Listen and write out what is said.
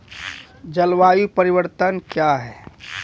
जलवायु परिवर्तन कया हैं?